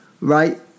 right